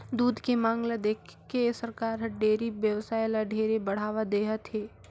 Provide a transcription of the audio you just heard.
दूद के मांग ल देखके सरकार हर डेयरी बेवसाय ल ढेरे बढ़ावा देहत हे